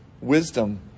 wisdom